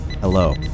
hello